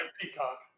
Peacock